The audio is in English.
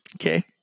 Okay